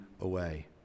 away